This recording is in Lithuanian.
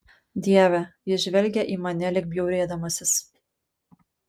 dieve jis žvelgė į mane lyg bjaurėdamasis